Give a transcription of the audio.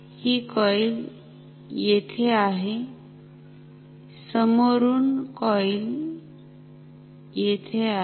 हि कॉईल येथे आहेसमोरूनकॉईल येथे आहे